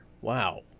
Wow